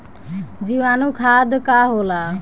जीवाणु खाद का होला?